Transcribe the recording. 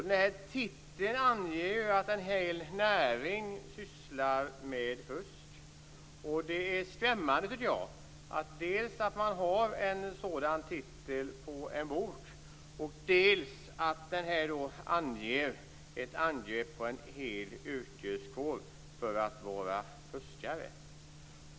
Den här titeln anger ju att en hel näring sysslar med fusk. Det är skrämmande, tycker jag, dels att man har en sådan titel på en bok, dels att man angriper en hel yrkeskår för att vara fuskare.